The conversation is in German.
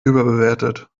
überbewertet